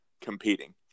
competing